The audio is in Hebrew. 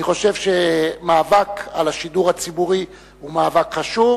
אני חושב שמאבק על השידור הציבורי הוא מאבק חשוב,